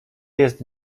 jest